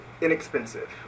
inexpensive